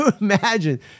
imagine